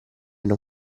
non